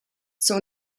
zur